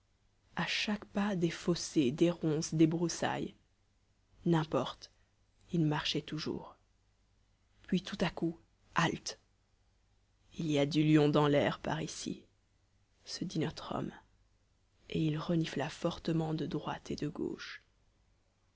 a chaque pas des fossés des ronces des broussailles n'importe il marchait toujours puis tout à coup halte il y a du lion dans l'air par ici se dit notre homme et il renifla fortement de droite et de gauche